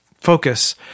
focus